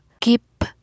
keep